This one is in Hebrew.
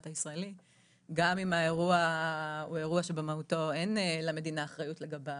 הישראלי אז גם אם האירוע הוא אירוע שבמהותו אין למדינה אחריות לגביו,